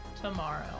tomorrow